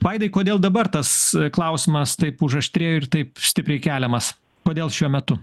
vaidai kodėl dabar tas klausimas taip užaštrėjo ir taip stipriai keliamas kodėl šiuo metu